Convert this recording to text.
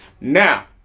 Now